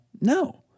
No